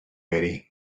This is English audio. betty